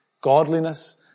godliness